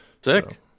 Sick